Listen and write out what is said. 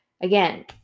Again